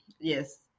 yes